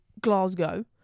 Glasgow